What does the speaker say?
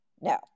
no